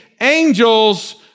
angels